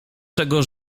czego